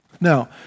Now